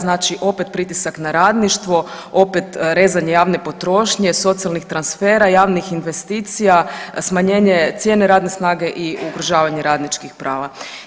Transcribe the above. Znači opet pritisak na radništvo, opet rezanje javne potrošnje, socijalnih transfera, javnih investicija, smanjenje cijene radne snage i ugrožavanje radničkih prava.